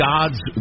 God's